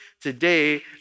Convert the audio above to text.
today